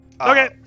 Okay